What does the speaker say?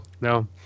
no